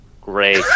Great